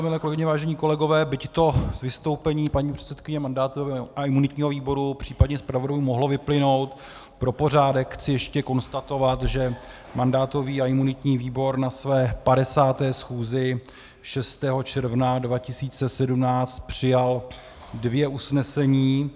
Milé kolegyně, vážení kolegové, byť to z vystoupení paní předsedkyně mandátového a imunitního výboru, případně zpravodajů, mohlo vyplynout, pro pořádek chci ještě konstatovat, že mandátový a imunitní výbor na své 50. schůzi 6. června 2017 přijal dvě usnesení.